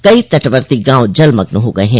कई तटवर्ती गांव जलमग्न हो गये हैं